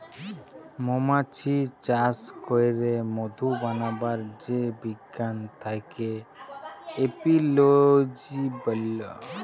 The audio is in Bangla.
মমাছি চাস ক্যরে মধু বানাবার যে বিজ্ঞান থাক্যে এপিওলোজি ব্যলে